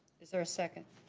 is there a second?